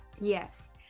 Yes